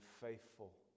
faithful